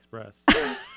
Express